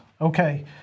Okay